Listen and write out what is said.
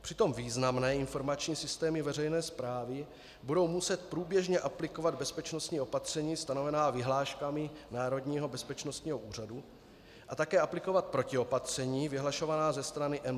Přitom významné informační systémy veřejné správy budou muset průběžně aplikovat bezpečnostní opatření stanovená vyhláškami Národního bezpečnostního úřadu a také aplikovat protiopatření vyhlašovaná ze strany NBÚ.